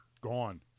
gone